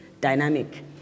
dynamic